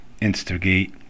instigate